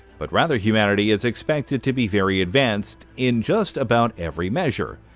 but rather, humanity is expected to be very advanced in just about every measure.